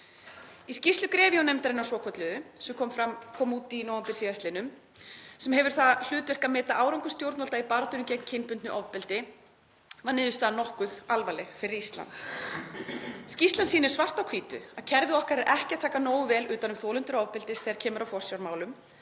Í skýrslu GREVIO-nefndarinnar svokölluðu, sem kom út í nóvember síðastliðnum og hefur það hlutverk að meta árangur stjórnvalda í baráttunni gegn kynbundnu ofbeldi, var niðurstaðan nokkuð alvarleg fyrir Ísland. Skýrslan sýnir svart á hvítu að kerfið okkar er ekki að taka nógu vel utan um þolendur ofbeldis þegar kemur að forsjármálum,